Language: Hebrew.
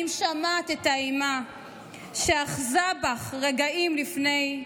/ את האימה / שאחזה בך רגעים לפני,